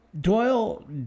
Doyle